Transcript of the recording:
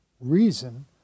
reason